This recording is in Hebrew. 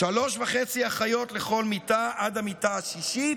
3.5 אחיות לכל מיטה עד המיטה השישית,